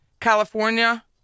California